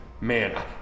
man